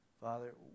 Father